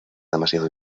demasiado